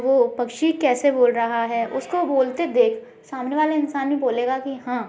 वो पक्षी कैसे बोल रहा है उसको बोलते देख सामने वाला इंसान भी बोलेगा कि हाँ